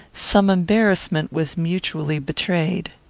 some embarrassment was mutually betrayed.